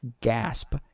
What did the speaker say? gasp